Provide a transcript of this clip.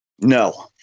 No